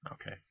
Okay